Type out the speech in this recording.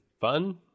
fun